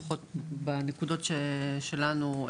לפחות בנקודות שלנו,